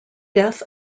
death